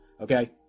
okay